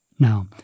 Now